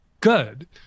good